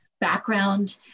background